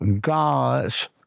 God's